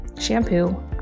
shampoo